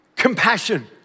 compassion